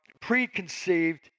preconceived